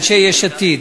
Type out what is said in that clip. אנשי יש עתיד.